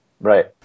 Right